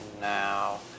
now